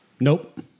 Nope